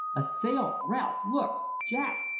a sail ralph, look jack,